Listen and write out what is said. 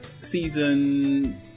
season